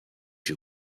you